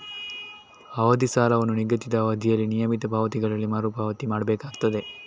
ಅವಧಿ ಸಾಲವನ್ನ ನಿಗದಿತ ಅವಧಿಯಲ್ಲಿ ನಿಯಮಿತ ಪಾವತಿಗಳಲ್ಲಿ ಮರು ಪಾವತಿ ಮಾಡ್ಬೇಕಾಗ್ತದೆ